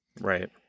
Right